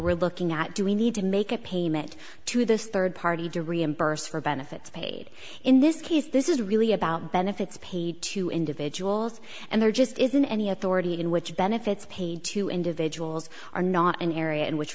we're looking at do we need to make a payment to this third party to reimburse for benefits paid in this case this is really about benefits paid to individuals and there just isn't any authority in which benefits paid to individuals are not an area in which